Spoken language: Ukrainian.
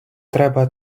треба